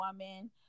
woman